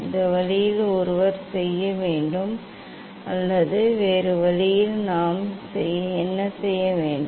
இந்த வழியில் ஒருவர் செய்ய முடியும் அல்லது வேறு வழியில் நாம் என்ன செய்ய முடியும்